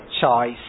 choice